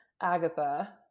Agatha